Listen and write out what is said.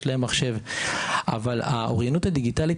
יש להם מחשב אבל האוריינות הדיגיטלית